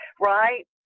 right